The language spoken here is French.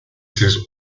saison